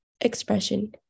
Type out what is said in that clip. expression